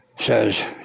says